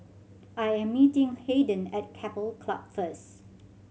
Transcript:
I am meeting Hayden at Keppel Club first